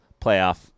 playoff